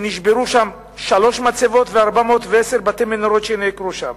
נשברו שם שלוש מצבות ו-410 בתי-מנורות נעקרו שם,